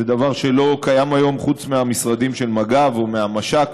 זה דבר שלא קיים היום חוץ מהמשרדים של מג"ב או מהמש"ק,